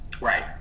Right